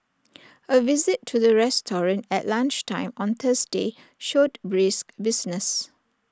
A visit to the restaurant at lunchtime on Thursday showed brisk business